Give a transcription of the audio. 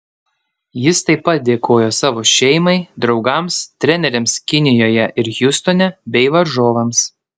jis taip pat dėkojo savo šeimai draugams treneriams kinijoje ir hjustone bei varžovams